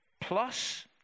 Plus